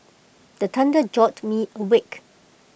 the thunder jolt me awake